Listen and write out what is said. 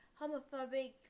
homophobic